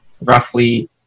roughly